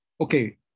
okay